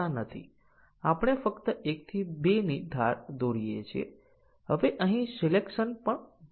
અને જો અમારી પાસે 20 કોમ્પોનન્ટ કન્ડીશનો છે તો પછી આપણને એક મિલિયન ટેસ્ટીંગ કેસની જરૂર છે